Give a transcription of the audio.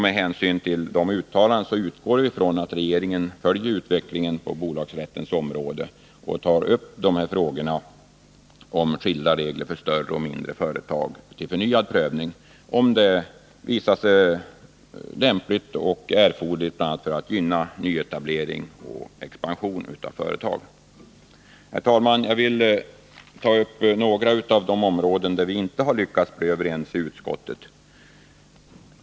Med hänsyn till de uttalandena utgår vi från att regeringen följer utvecklingen på bolagsrättens område och tar upp frågorna om skilda regler för större och mindre företag till förnyad prövning, om det visar sig lämpligt och erforderligt bl.a. för att exempelvis gynna nyetablering och expansion av företag. Herr talman! Jag vill ta upp några av de områden där vi inte har lyckats bli överens i utskottet.